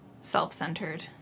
self-centered